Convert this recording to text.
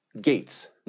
Gates